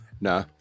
Nah